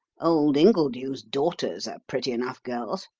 old ingledew's daughters are pretty enough girls.